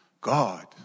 God